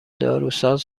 داروساز